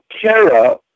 Kara